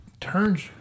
turns